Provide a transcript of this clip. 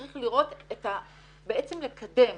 צריך לראות ובעצם לקדם.